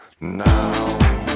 now